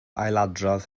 ailadrodd